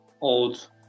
old